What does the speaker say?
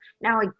Now